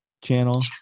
channel